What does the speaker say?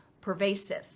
pervasive